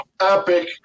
epic